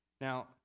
Now